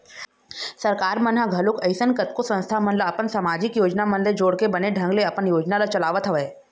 सरकार मन ह घलोक अइसन कतको संस्था मन ल अपन समाजिक योजना मन ले जोड़के बने ढंग ले अपन योजना ल चलावत हवय